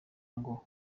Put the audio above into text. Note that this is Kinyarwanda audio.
ngo